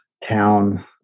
town